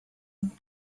one